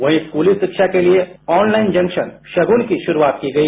वहीं स्कूली शिक्षा के लिए ऑनलाइन जंक्शन शगुनकी शुरुआत की गई